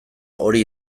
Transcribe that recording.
hori